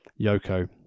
Yoko